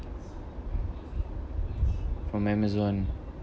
from amazon